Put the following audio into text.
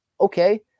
Okay